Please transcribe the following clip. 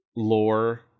lore